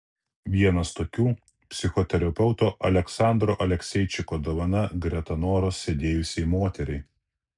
vienas tokių psichoterapeuto aleksandro alekseičiko dovana greta noros sėdėjusiai moteriai